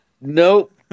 Nope